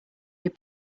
your